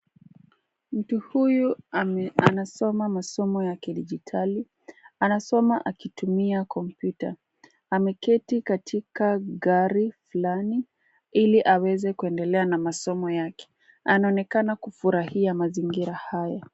Mtu huyu anasoma masomo ya kidijitali, anasoma akitumia komputa ameketi katika gari fulani ili aweze kuendelea na masomo yake. Anaonekana kufurahia mazingira haya.